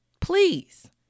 Please